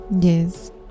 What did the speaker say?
Yes